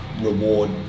reward